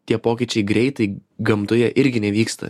tie pokyčiai greitai gamtoje irgi nevyksta